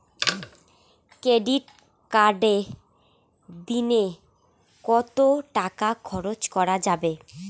Credit কার্ডে দিনে কত টাকা খরচ করা যাবে?